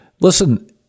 listen